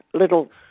little